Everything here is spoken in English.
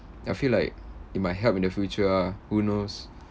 I feel like it might help in the future ah who knows